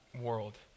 world